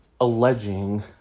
alleging